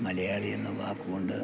മലയാളിയെന്ന വാക്കുകൊണ്ട്